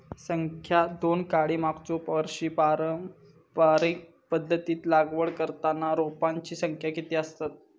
संख्या दोन काडी मागचो वर्षी पारंपरिक पध्दतीत लागवड करताना रोपांची संख्या किती आसतत?